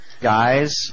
guys